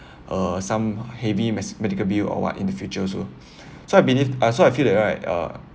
uh some heavy me~ medical bill or what in the future also so I believe uh so I feel that right uh